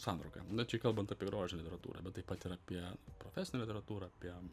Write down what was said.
santrauka na čia kalbant apie grožinę literatūrą bet taip pat ir apie profesinę literatūrą apie